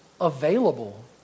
available